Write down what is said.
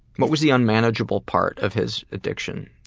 what was the unmanageable part of his addiction?